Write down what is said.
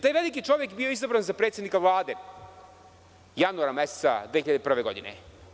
Taj veliki čovek je bio izabran za predsednika Vlade, januara meseca 2001. godine.